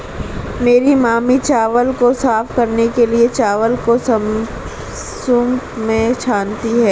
मेरी मामी चावल को साफ करने के लिए, चावल को सूंप में छानती हैं